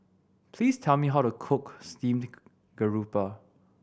please tell me how to cook steamed garoupa